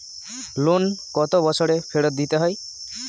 Loan কত বছরে ফেরত দিতে হয়?